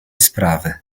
sprawy